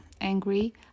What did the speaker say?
angry